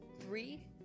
three